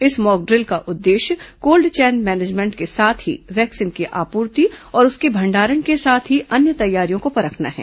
इस मॉकड्रिल का उद्देश्य कोल्ड चैन मैनेजमेंट के साथ ही वैक्सीन की आपूर्ति और उसके भंडारण के साथ ही अन्य तैयारियों को परखना है